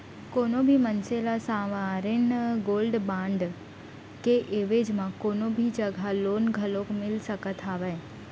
कोनो भी मनसे ल सॉवरेन गोल्ड बांड के एवज म कोनो भी जघा लोन घलोक मिल सकत हावय